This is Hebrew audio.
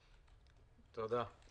תודה.